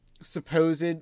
supposed